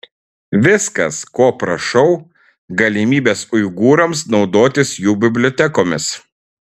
viskas ko prašau galimybės uigūrams naudotis jų bibliotekomis